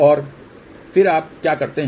और फिर आप क्या करते हैं